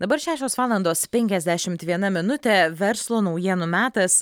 dabar šešios valandos penkiasdešimt viena minutė verslo naujienų metas